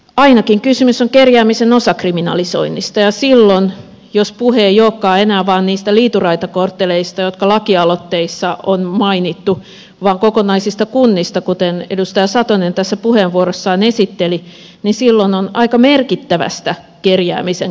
ainakin kysymys on kerjäämisen osakriminalisoinnista ja silloin jos puhe ei olekaan enää vain niistä liituraitakortteleista jotka lakialoitteissa on mainittu vaan kokonaisista kunnista kuten edustaja satonen tässä puheenvuorossaan esitteli on aika merkittävästä kerjäämisen kriminalisoinnista kysymys